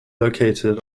located